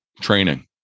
training